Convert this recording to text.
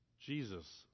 Jesus